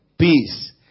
Peace